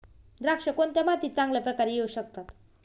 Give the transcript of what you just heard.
द्राक्षे कोणत्या मातीत चांगल्या प्रकारे येऊ शकतात?